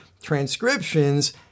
transcriptions